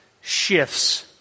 shifts